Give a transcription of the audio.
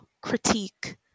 critique